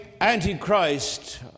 antichrist